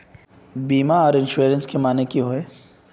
बीमा आर इंश्योरेंस के माने की होय?